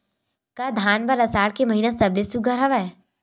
का धान बर आषाढ़ के महिना सबले सुघ्घर हवय?